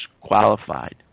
qualified